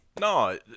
no